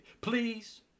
Please